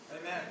Amen